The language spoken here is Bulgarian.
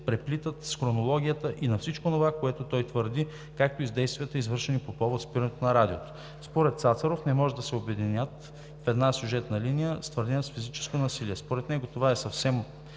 преплитат с хронологията и на всичко онова, което той твърди, както и с действията, извършени по повод спирането на Радиото. Според Цацаров не може да се обединят в една сюжетна линия с твърденията за физическо насилие. Според него това е съвсем